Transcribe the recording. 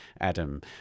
Adam